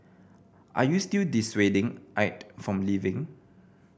are you still dissuading Aide from leaving